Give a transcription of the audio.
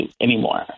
anymore